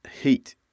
heat